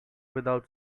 without